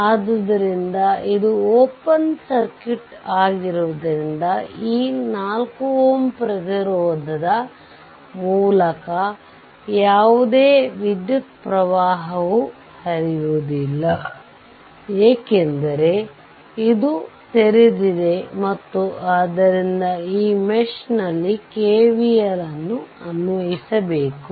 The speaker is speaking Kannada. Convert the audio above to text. ಆದ್ದರಿಂದ ಇದು ಓಪನ್ ಸರ್ಕ್ಯೂಟ್ ಆಗಿರುವುದರಿಂದ ಈ 4 Ω ಪ್ರತಿರೋಧದ ಮೂಲಕ ಯಾವುದೇ ವಿದ್ಯುತ್ ಪ್ರವಾಹವು ಹರಿಯುವುದಿಲ್ಲ ಏಕೆಂದರೆ ಇದು ತೆರೆದಿದೆ ಮತ್ತು ಆದ್ದರಿಂದ ಈ ಮೆಶ್ ನಲ್ಲಿ KVL ನ್ನು ಅನ್ವಯಿಸಬೇಕು